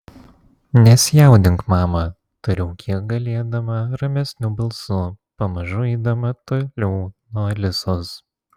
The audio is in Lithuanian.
nesijaudink mama tariau kiek galėdama ramesniu balsu pamažu eidama toliau nuo alisos